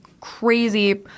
crazy